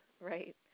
right